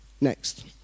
Next